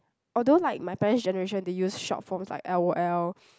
although like my parent's generation they use short forms like L_O_L